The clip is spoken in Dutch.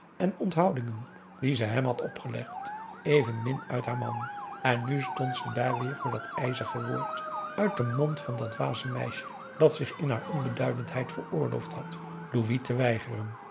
en onthoudingen die ze hem had opgelegd evenmin uit haar man en nu stond ze daar weer voor dat ijzige woord uit den mond van dat dwaze meisje dat zich in haar onbeduidendheid veroorloofd had louis te weigeren